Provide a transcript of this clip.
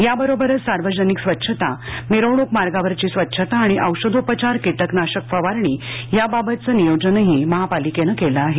याबरोबरच सार्वजनिक स्वच्छता मिरवणूक मार्गावरची स्वच्छता आणि औषधोपचार कीटकनाशक फवारणी याबाबतचं नियोजनही महापालिकेनं केलं आहे